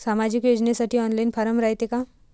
सामाजिक योजनेसाठी online form रायते का?